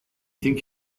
think